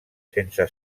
sense